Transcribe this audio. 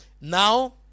now